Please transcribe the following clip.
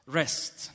rest